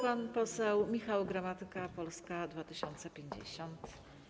Pan poseł Michał Gramatyka, Polska 2050.